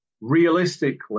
Realistically